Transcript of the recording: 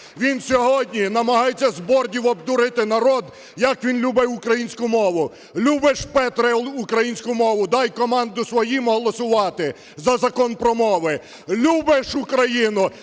Він сьогодні намагається з бордів обдурити народ, як він любить українську мову. Любиш, Петре, українську мову, дай команду своїм голосувати "за" Закони про мови. Любиш Україну,